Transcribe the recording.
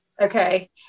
Okay